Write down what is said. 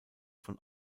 von